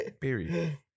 Period